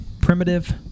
Primitive